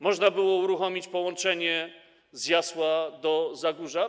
Można było uruchomić połączenie z Jasła do Zagórza?